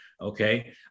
okay